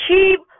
Keep